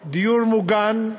מוגנים,